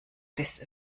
bis